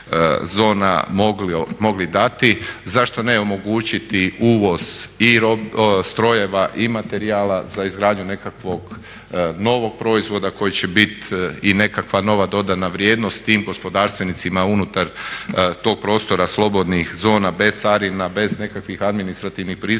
zona mogli dati, zašto ne omogućiti uvoz i strojeva i materijala za izgradnju nekakvog novog proizvoda koji će biti i nekakva nova dodana vrijednost tim gospodarstvenicima unutar tog prostora slobodnih zona bez carina, bez nekakvim administrativnim pristojbi,